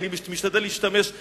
כי אני משתדל להשתמש בלשון,